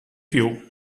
più